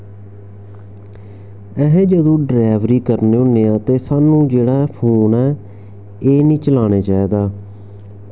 अस जदूं ड्रैवरी करने होने आं ते साह्नूं जेह्ड़ा फोन ऐ एह् निं चलाने चाहिदा